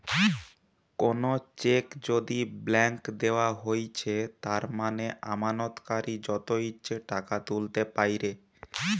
কোনো চেক যদি ব্ল্যাংক দেওয়া হৈছে তার মানে আমানতকারী যত ইচ্ছে টাকা তুলতে পাইরে